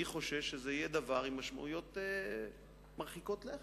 אני חושב שזה יהיה דבר עם משמעויות מרחיקות לכת.